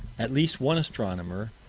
at least one astronomer,